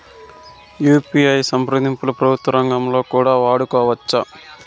UPI సంప్రదింపులు ప్రభుత్వ రంగంలో కూడా వాడుకోవచ్చా?